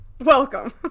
Welcome